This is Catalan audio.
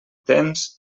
tens